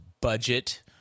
budget